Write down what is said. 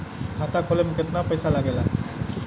खाता खोले में कितना पईसा लगेला?